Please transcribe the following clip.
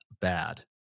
bad